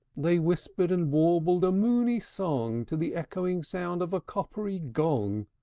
they whistled and warbled a moony song to the echoing sound of a coppery gong,